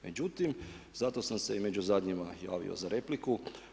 Međutim zato sam i među zadnjima javio za repliku.